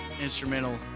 instrumental